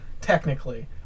Technically